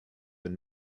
and